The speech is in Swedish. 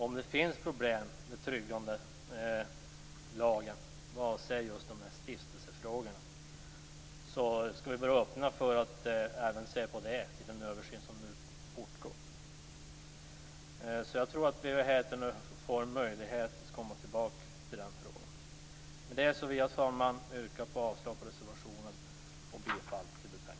Om det finns problem med tryggandelagen vad avser stiftelsefrågorna skall vi vara öppna för att se på det i den översyn som nu fortgår. Jag tror att vi får möjlighet att komma tillbaka till den frågan. Med det yrkar jag, fru talman, avslag på reservationen och bifall till utskottets hemställan i betänkandet.